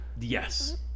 Yes